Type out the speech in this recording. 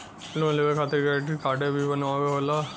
Loan लेवे खातिर credit काडे भी बनवावे के होला?